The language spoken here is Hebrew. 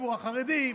לציבור החרדי.